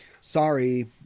Sorry